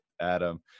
Adam